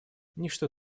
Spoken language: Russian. ничто